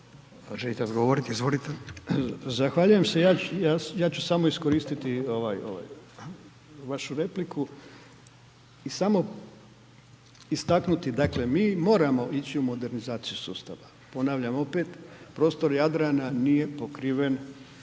Izvolite. **Horvat, Mile (SDSS)** Zahvaljujem se. Ja ću samo iskoristiti vašu repliku i samo istaknuti, dakle mi moramo ići u modernizaciju sustava. Ponavljam opet prostor Jadrana nije pokriven